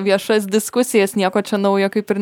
viešas diskusijas nieko čia naujo kaip ir